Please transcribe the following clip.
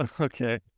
Okay